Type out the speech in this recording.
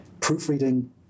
Proofreading